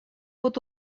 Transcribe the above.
вот